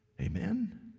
Amen